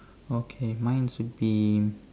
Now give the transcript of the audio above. okay mine's would be